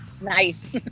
Nice